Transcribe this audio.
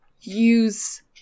use